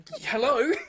hello